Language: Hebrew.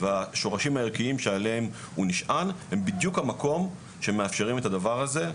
והשורשים הערכיים שעליהם הוא נשען הם בדיוק המקום שמאפשרים את הדבר הזה,